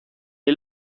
est